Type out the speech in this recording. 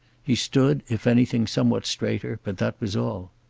he stood, if anything, somewhat straighter, but that was all.